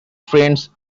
friends